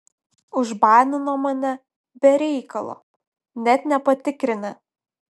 užbanino mane be reikalo net nepatikrinę